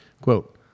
Quote